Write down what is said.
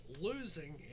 losing